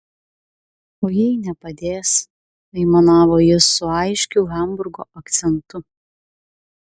o jei nepadės aimanavo jis su aiškiu hamburgo akcentu